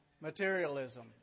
Materialism